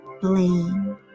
Blame